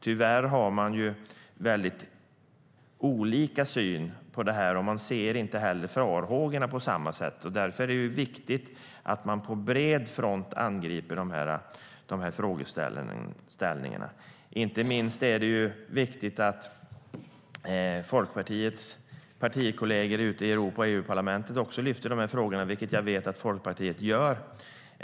Tyvärr har man väldigt olika syn på detta, och man ser inte heller farhågorna på samma sätt. Därför är det viktigt att man på bred front angriper dessa frågeställningar. Inte minst är det viktigt att Folkpartiets partikollegor ute i Europa och EU-parlamentet också lyfter upp de frågorna, vilket jag vet att Folkpartiet gör.